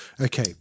okay